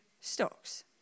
stocks